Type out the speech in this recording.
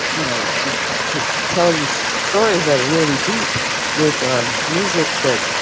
you know, she could tell these stories that are really deep with music that